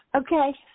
Okay